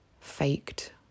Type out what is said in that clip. faked